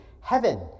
Heaven